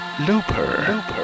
Looper